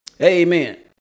Amen